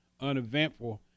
uneventful